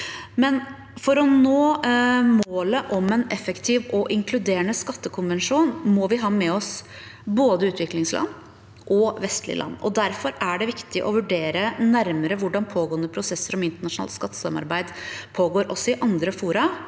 For å nå målet om en effektiv og inkluderende skattekonvensjon må vi imidlertid ha med oss både utviklingsland og vestlige land. Derfor er det viktig å vurdere nærmere hvordan pågående prosesser om internasjonalt skattesamarbeid pågår også i andre fora,